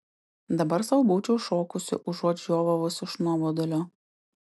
dabar sau būčiau šokusi užuot žiovavus iš nuobodulio